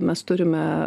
mes turime